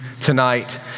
tonight